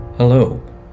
Hello